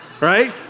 Right